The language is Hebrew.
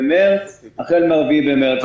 החל מה-4 במרץ.